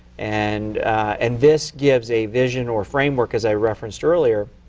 and and this gives a vision or framework as i referenced earlier